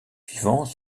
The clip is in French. suivants